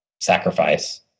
sacrifice